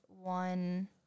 one